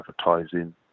advertising